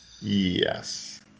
Yes